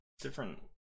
different